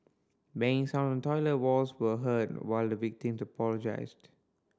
banging sounds on toilet walls were heard while the victim apologised